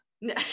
No